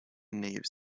natives